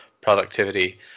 productivity